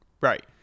right